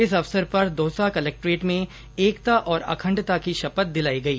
इस अवसर पर दौसा कलेक्ट्रेट में एकता और अखंडता की शपथ दिलाई गई